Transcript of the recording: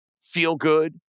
feel-good